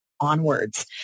onwards